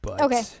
Okay